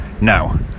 Now